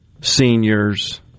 seniors